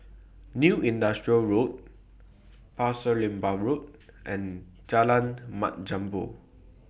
New Industrial Road Pasir Laba Road and Jalan Mat Jambol